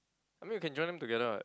I mean you can join them together [what]